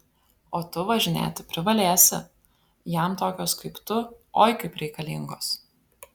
o tu važinėti privalėsi jam tokios kaip tu oi kaip reikalingos